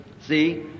See